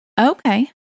Okay